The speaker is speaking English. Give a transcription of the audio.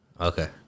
Okay